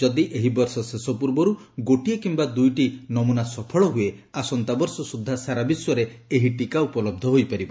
ଯଦି ଏହିବର୍ଷ ଶେଷ ପୂର୍ବରୁ ଗୋଟିଏ କିମ୍ବା ଦୁଇଟି ନମୁନା ସଫଳ ହୁଏ ଆସନ୍ତାବର୍ଷ ସୁଦ୍ଧା ସାରା ବିଶ୍ୱରେ ଏହି ଟୀକା ଉପଲହ୍ଧ ହୋଇପାରିବ